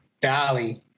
Dolly